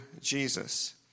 Jesus